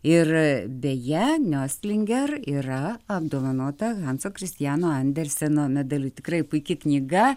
ir beje niostlinger yra apdovanota hanso kristiano anderseno medaliu tikrai puiki knyga